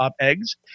eggs